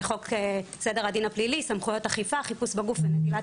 חוק סדר הדין הפלילי (סמכויות אכיפה חיפוש בגוף ונטילת